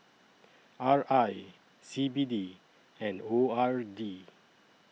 R I C B D and O R D